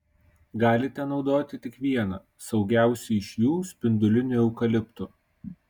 galite naudoti tik vieną saugiausią iš jų spindulinių eukaliptų